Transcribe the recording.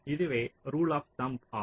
இதுவே rule of thumb ஆகும்